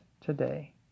today